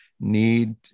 need